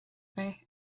bheith